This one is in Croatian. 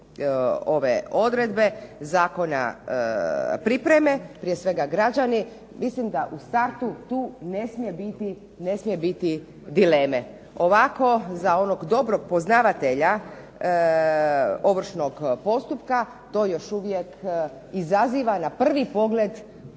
ove odredbe zakona pripreme, prije svega građani. Mislim da u startu tu ne smije biti dileme. Ovako za onog dobrog poznavatelja ovršnog postupka to još uvijek izaziva na prvi pogled